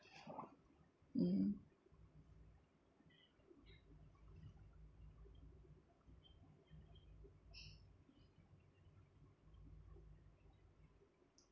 mm